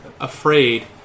afraid